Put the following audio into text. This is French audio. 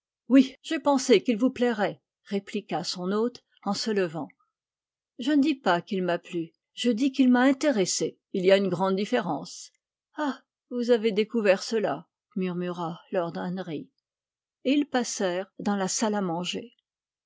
oui j'ai pensé qu'il vous plairait répliqua son hôte en se levant je ne dis pas qu'il m'a plu je dis qu'il m'a intéressé il y a une grande différence ah vous avez découvert cela murmura lord henry et ils passèrent dans la salle à manger